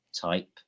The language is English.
type